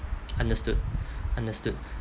understood understood